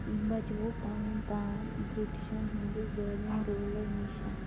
بچووُکھ پَنُن پان برٛٹِشَن ہٕنٛدِ ظٲہِم روٗلہٕ نِش